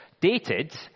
dated